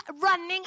running